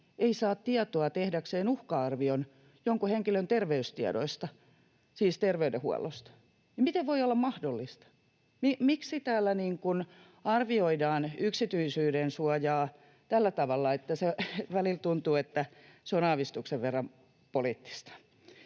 ei saa tietoa jonkun henkilön terveystiedoista, siis terveydenhuollosta? Miksi täällä arvioidaan yksityisyydensuojaa tällä tavalla? Välillä tuntuu, että se on aavistuksen verran poliittista.